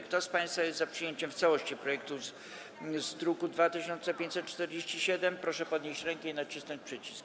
Kto z państwa jest za przyjęciem w całości projektu z druku nr 2547, proszę podnieść rękę i nacisnąć przycisk.